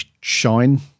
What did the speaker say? shine